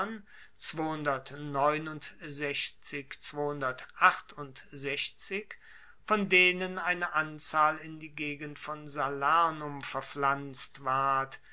von denen eine anzahl in die gegend von salernum verpflanzt ward